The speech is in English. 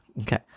Okay